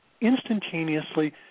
instantaneously